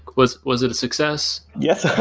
was was it a success? yes,